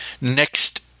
next